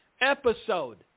episode